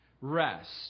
rest